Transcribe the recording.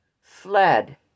fled